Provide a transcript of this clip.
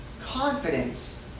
confidence